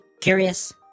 curious